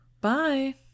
Bye